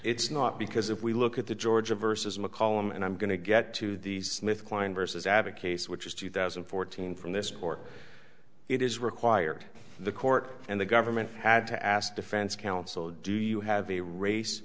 it's not because if we look at the georgia versus mccollum and i'm going to get to these with klein versus advocates which is two thousand and fourteen from this court it is required the court and the government had to ask defense counsel do you have a race